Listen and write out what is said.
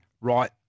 right